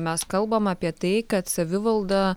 mes kalbam apie tai kad savivalda